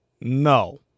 No